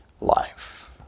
life